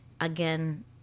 again